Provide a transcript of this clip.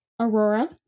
Aurora